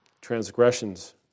transgressions